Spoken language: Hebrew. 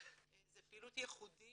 זו פעילות ייחודית